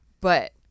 but-